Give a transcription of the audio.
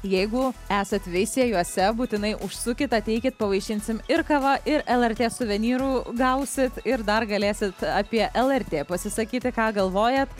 jeigu esat veisiejuose būtinai užsukit ateikit pavaišinsim ir kava ir lrt suvenyrų gausit ir dar galėsit apie lrt pasisakyti ką galvojat